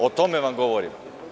O tome vam govorim.